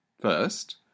First